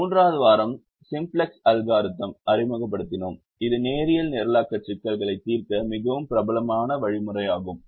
மூன்றாவது வாரம் simplex algorithm அறிமுகப்படுத்தினோம் இது நேரியல் நிரலாக்க சிக்கல்களை தீர்க்க மிகவும் பிரபலமான வழிமுறையாகும்